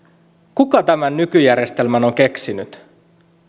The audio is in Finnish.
kuka tämän nykyjärjestelmän on keksinyt